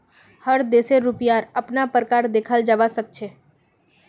हर देशेर रुपयार अपना प्रकार देखाल जवा सक छे